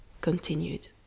continued